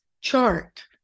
chart